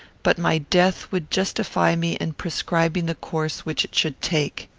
but my death would justify me in prescribing the course which it should take.